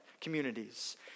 communities